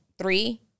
three